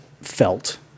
felt